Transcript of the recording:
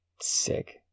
sick